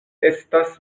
estas